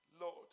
Lord